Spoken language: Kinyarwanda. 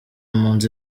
mpunzi